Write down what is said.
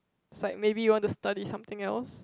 like maybe you want to study something else